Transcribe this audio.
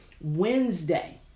Wednesday